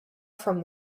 from